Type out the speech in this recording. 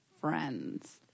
friends